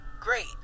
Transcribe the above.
Great